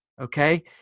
okay